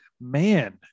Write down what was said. man